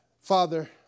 Father